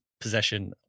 possession